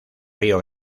río